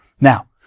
now